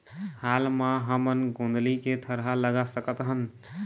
हाल मा हमन गोंदली के थरहा लगा सकतहन?